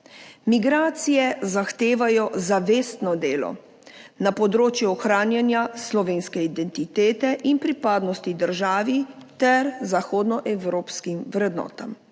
Migracije zahtevajo zavestno delo na področju ohranjanja slovenske identitete in pripadnosti državi ter zahodnoevropskim vrednotam.